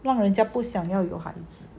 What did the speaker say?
让人家不想要有孩子